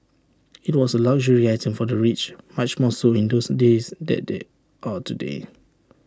IT was A luxury item for the rich much more so in those days than they are today